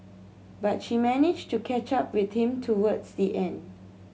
but she managed to catch up with him towards the end